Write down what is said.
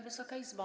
Wysoka Izbo!